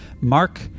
Mark